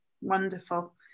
Wonderful